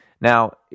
Now